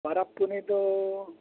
ᱯᱚᱨᱚᱵᱽ ᱯᱩᱱᱟᱹᱭ ᱫᱚ